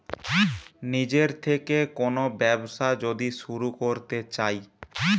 নিজের থেকে কোন ব্যবসা যদি শুরু করতে চাই